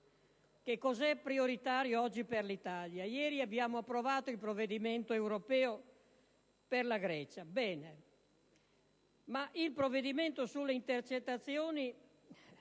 Che cosa è prioritario oggi per l'Italia? Ieri abbiamo approvato il provvedimento europeo per la Grecia. Bene. Ma il provvedimento sulle intercettazioni,